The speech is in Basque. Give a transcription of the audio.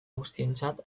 guztientzat